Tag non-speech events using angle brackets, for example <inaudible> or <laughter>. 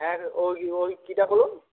<unintelligible> ওই ওই কীটা বলুন